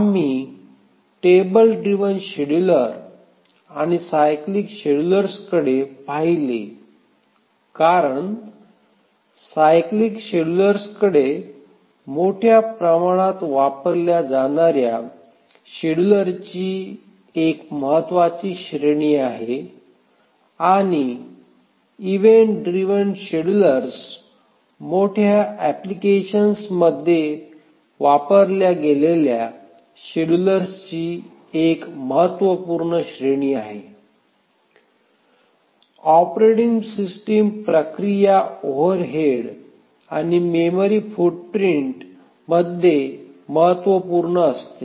आम्ही table driven scheduler आणि cyclic शेड्युलर्सकडे पाहिले कारण सायक्लीक शेड्युलर्सकडे मोठ्या प्रमाणात वापरल्या जाणार्या शेड्यूलरची एक महत्त्वाची श्रेणी आहे आणि इव्हेंट ड्राईव्ह शेड्यूलर्स मोठ्या अप्लिकेशन्समध्ये वापरल्या गेलेल्या शेड्यूलर्सची एक महत्त्वपूर्ण श्रेणी आहे ऑपरेटिंग सिस्टम प्रक्रिया ओव्हरहेड आणि मेमरी फूटप्रिंट मध्ये महत्त्वपूर्ण असते